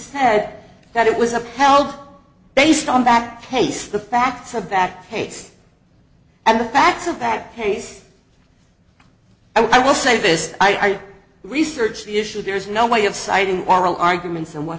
said that it was upheld based on back case the facts of that case and the facts of that case i will say this i researched the issue there's no way of citing oral arguments and what